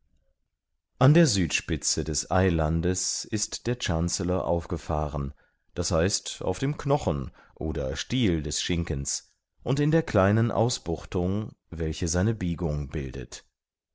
an der südspitze des eilandes ist der chancellor aufgefahren d h auf dem knochen oder stiel des schinkens und in der kleinen ausbuchtung welche seine biegung bildet